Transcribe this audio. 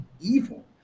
evil